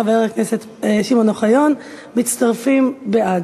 חבר הכנסת שמעון אוחיון מצטרף לבעד.